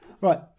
Right